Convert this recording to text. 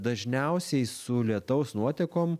dažniausiai su lietaus nuotekom